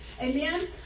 Amen